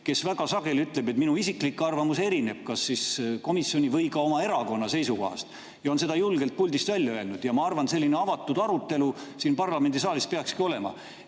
Ta väga sageli ütleb, et minu isiklik arvamus erineb kas komisjoni või ka oma erakonna seisukohast, ja ta on seda julgelt ka puldist välja öelnud. Ma arvan, selline avatud arutelu siin parlamendisaalis peakski olema.